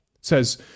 says